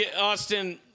Austin